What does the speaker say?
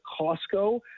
costco